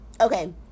okay